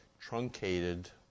truncated